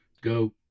go